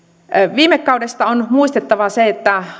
viime kaudesta on muistettava se että